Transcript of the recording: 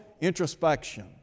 introspection